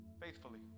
Faithfully